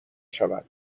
شود